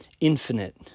infinite